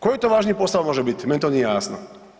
Koji to važniji posao može biti, meni to nije jasno.